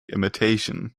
imitation